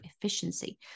efficiency